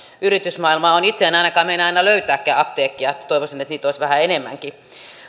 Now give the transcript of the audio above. yritysmaailmaa on itse en ainakaan meinaa aina löytääkään apteekkia eli toivoisin että niitä olisi vähän enemmänkin